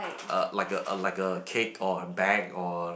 uh like a uh like a cake or bag or